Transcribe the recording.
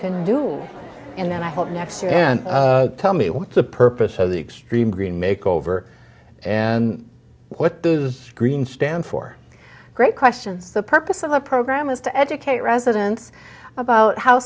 can do and i hope next year and tell me what the purpose of the extreme green make over and what the green stand for great questions the purpose of the program is to educate residents about how